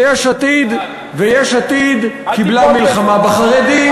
ויש עתיד קיבלה מלחמה בחרדים.